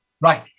Right